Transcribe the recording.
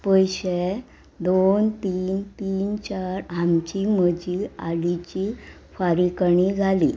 पयशे दोन तीन तीन चार आमची म्हजी आलीची फारीकणी जाली